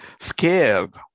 scared